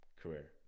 career